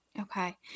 Okay